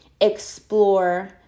explore